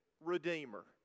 Redeemer